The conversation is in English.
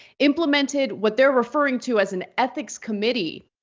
implemented what they're referring to as an ethics committee.